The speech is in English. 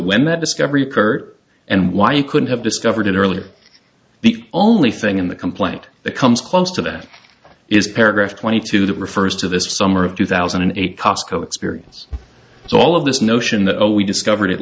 when that discovery occur and why you couldn't have discovered it earlier the only thing in the complaint that comes close to that is paragraph twenty two that refers to this summer of two thousand and eight cosco experience so all of this notion that we discovered it